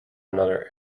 another